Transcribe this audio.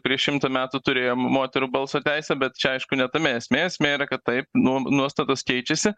prieš šimtą metų turėjom moterų balso teisę bet čia aišku ne tame esmė esmė yra kad taip nu nuostatos keičiasi